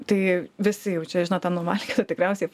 tai visi jau čia žino tą anomaliją tikriausiai